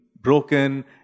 broken